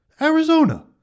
Arizona